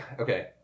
okay